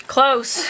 Close